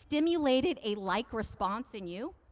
stimulated a like response in you?